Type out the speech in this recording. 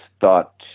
thought